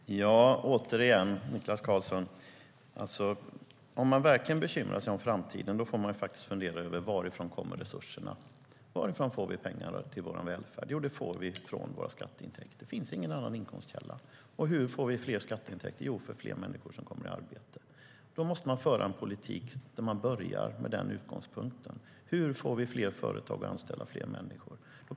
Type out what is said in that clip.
Herr talman! Återigen, Niklas Karlsson: Om man verkligen bekymrar sig om framtiden får man faktiskt fundera över varifrån resurserna kommer. Varifrån får vi pengarna till vår välfärd? Jo, vi får dem från våra skatteintäkter. Det finns ingen annan inkomstkälla. Och hur får vi större skatteintäkter? Jo, genom att fler människor kommer i arbete. Då måste man föra en politik där man börjar med den utgångspunkten. Man måste få fler företag att anställa fler människor.